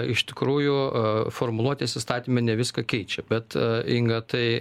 iš tikrųjų formuluotės įstatyme ne viską keičia bet inga tai